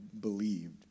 believed